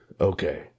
Okay